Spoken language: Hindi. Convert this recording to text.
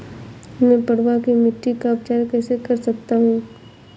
मैं पडुआ की मिट्टी का उपचार कैसे कर सकता हूँ?